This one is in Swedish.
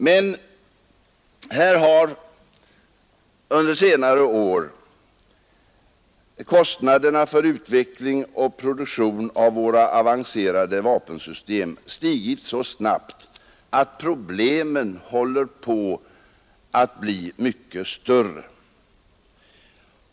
Men under senare år har kostnaderna för utveckling och produktion av våra avancerade vapensystem stigit så snabbt att problemen håller på att bli mycket större.